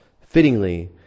Fittingly